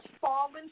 fallen